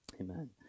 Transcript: Amen